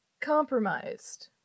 compromised